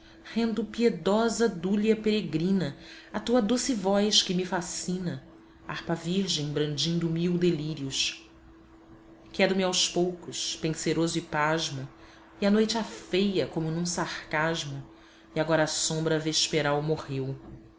rendo piedosa dúlia peregrina à tua doce voz que me fascina harpa virgem brandindo mil delírios quedo me aos poucos penseroso e pasmo e a noite afeia como num sarcasmo e agora a sombra versperal morreu